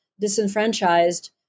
disenfranchised